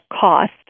cost